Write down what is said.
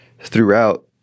throughout